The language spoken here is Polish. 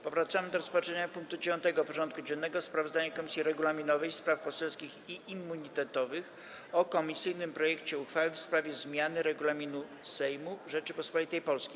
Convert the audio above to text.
Powracamy do rozpatrzenia punktu 9. porządku dziennego: Sprawozdanie Komisji Regulaminowej, Spraw Poselskich i Immunitetowych o komisyjnym projekcie uchwały w sprawie zmiany Regulaminu Sejmu Rzeczypospolitej Polskiej.